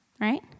right